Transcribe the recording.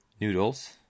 noodles